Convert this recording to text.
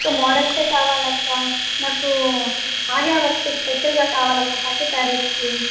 నాకు మోడల్సే కావాలక్క నాకు ఆన్యాయ వరకు స్పెషల్గా కావాలక్క పట్టు సారీస్కి